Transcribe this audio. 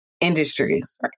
industries